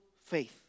faith